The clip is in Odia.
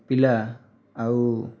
ପିଲା ଆଉ